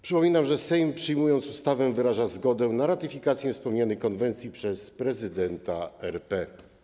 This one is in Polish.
Przypominam, że Sejm przyjmując ustawę, wyraża zgodę na ratyfikację wspomnianej konwencji przez prezydenta RP.